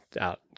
out